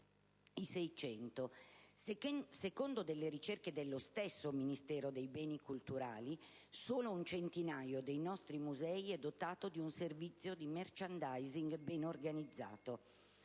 i 600. Secondo ricerche dello stesso Ministero per i beni e le attività culturali, solo un centinaio dei nostri musei è dotato di un servizio di *merchandising* ben organizzato,